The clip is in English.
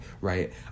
right